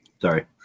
Sorry